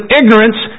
ignorance